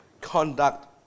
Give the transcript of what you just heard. conduct